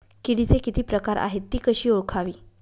किडीचे किती प्रकार आहेत? ति कशी ओळखावी?